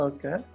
Okay